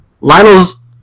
Lionel's